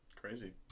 Crazy